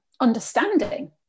understanding